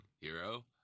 Hero